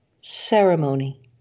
Ceremony